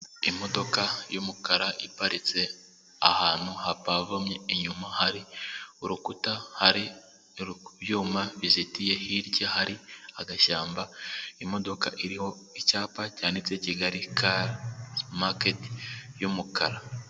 Imodoka yumukara iparitse ahantu hapavumye inyuma hari urukuta hari ibyuma bizitiye hirya hari agashyamba imodoka iriho icyapa cyanitseho kigali kari mariketi y'umukara.